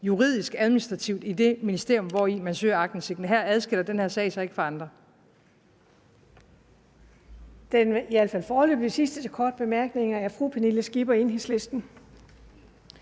juridisk, administrativt i det ministerium, hvori man søger aktindsigten. Her adskiller den her sag sig ikke fra andre.